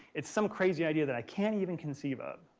it's some crazy idea that i can't even conceive of,